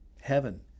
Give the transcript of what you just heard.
heaven